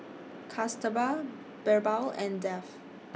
Kasturba Birbal and Dev